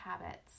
habits